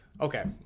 okay